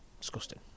disgusting